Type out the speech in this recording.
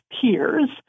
peers